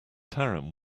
taran